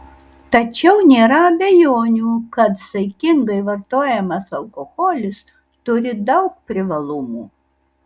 tačiau nėra abejonių kad saikingai vartojamas alkoholis turi daug privalumų